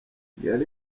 gary